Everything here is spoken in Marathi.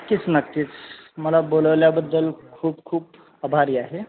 नक्कीच नक्कीच मला बोलावल्याबद्दल खूप खूप आभारी आहे